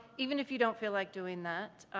even if you don't feel like doing that